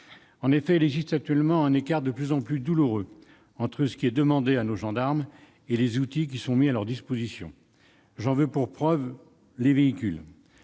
prévu ? Il existe actuellement un écart de plus en plus douloureux entre ce qui est demandé à nos gendarmes et les outils qui sont mis à leur disposition. S'agissant des véhicules,